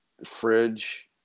Fridge